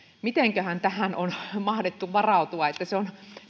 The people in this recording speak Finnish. mitenkähän tähän on on mahdettu varautua se on